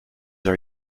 are